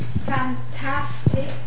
fantastic